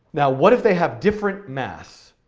now what if they have different mass?